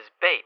bait